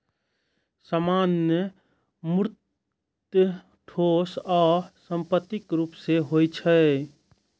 सामान मूर्त, ठोस आ संपत्तिक रूप मे होइ छै